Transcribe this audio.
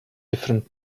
different